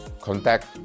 contact